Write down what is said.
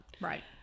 Right